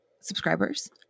subscribers